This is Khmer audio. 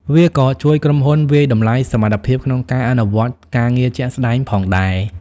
វាក៏ជួយក្រុមហ៊ុនវាយតម្លៃសមត្ថភាពក្នុងការអនុវត្តការងារជាក់ស្តែងផងដែរ។